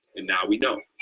and now we know.